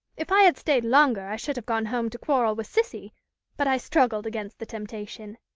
if i had stayed longer i should have gone home to quarrel with cissy but i struggled against the temptation.